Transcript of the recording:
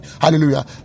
hallelujah